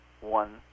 one